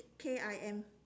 K I M